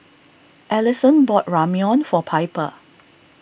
Alyson bought Ramyeon for Piper